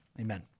amen